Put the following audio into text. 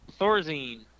Thorazine